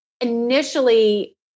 initially